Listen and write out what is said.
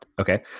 Okay